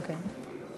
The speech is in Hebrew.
אוקיי.